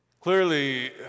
Clearly